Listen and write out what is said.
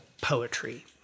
poetry